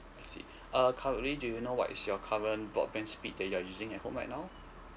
I see err currently do you know what is your current broadband speed that you're using at home right now